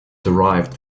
derived